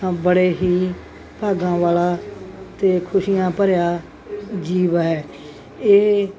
ਬੜੇ ਹੀ ਭਾਗਾਂ ਵਾਲਾ ਅਤੇ ਖੁਸ਼ੀਆਂ ਭਰਿਆ ਜੀਵ ਹੈ ਇਹ